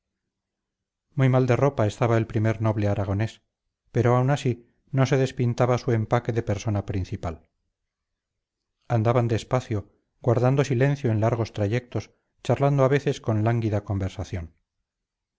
muy mal de ropa estaba el primer noble aragonés pero aun así no se despintaba su empaque de persona principal andaban despacio guardando silencio en largos trayectos charlando a veces con lánguida conversación